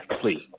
please